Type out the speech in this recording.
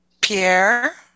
Pierre